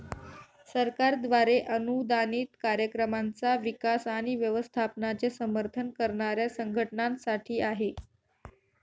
सरकारद्वारे अनुदानित कार्यक्रमांचा विकास आणि व्यवस्थापनाचे समर्थन करणाऱ्या संघटनांसाठी आहे